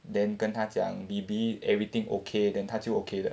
then 跟她讲 B_B everything okay then 就 okay 的